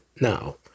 Now